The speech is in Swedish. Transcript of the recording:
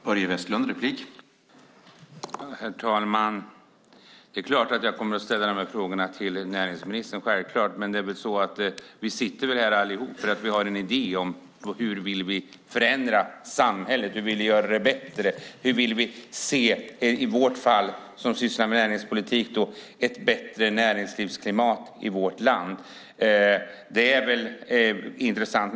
Herr talman! Det är klart att jag kommer att ställa frågorna till näringsministern. Men vi sitter väl här allihop eftersom vi har en idé om hur vi vill förändra samhället och göra det bättre. I vårt fall som sysslar med näringspolitik handlar det om hur vi vill se ett bättre näringslivsklimat i vårt land. Det är intressant.